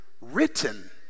written